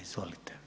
Izvolite.